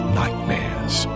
nightmares